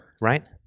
right